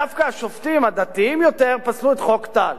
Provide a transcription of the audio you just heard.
דווקא השופטים הדתיים יותר פסלו את חוק טל.